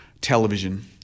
television